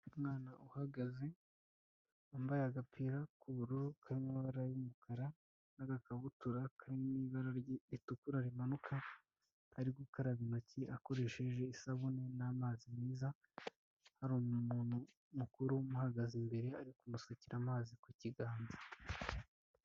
Umwana uhagaze yambaye agapira k'ubururu k'amabara y'umukara n'agakabutura karimo ibara ritukura rimanuka, ari gukaraba intoki akoresheje isabune n'amazi meza. Hari umuntu mukuru umuhagaze imbere ari kumusuke amazi ku kiganza.